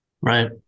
Right